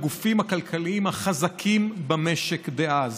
של הגופים הכלכליים החזקים במשק דאז,